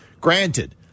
Granted